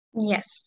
Yes